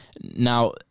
now